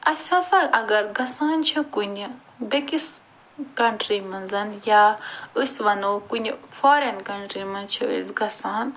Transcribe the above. اسہِ ہسا اگر گژھان چھِ کُنہِ بیٚیِس کنٹری منٛز یا أسۍ وَنُو کُنہِ فاریَن کنٹری منٛز چھِ أسۍ گژھان